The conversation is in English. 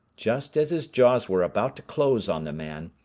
just as his jaws were about to close on the man,